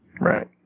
Right